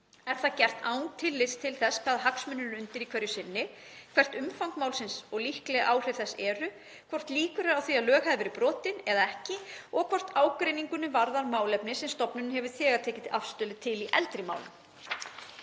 Er það gert án tillits til þess hvaða hagsmunir eru undir í hvert sinn, hvert umfang málsins og líkleg áhrif þess eru, hvort líkur eru á því að lög hafi verið brotin, eða ekki og hvort ágreiningurinn varðar málefni sem stofnunin hefur þegar tekið til afstöðu til í eldri málum.“